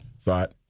thought